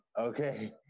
okay